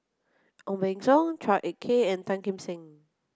Ong Beng Seng Chua Ek Kay and Tan Kim Seng